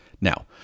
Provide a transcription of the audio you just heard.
Now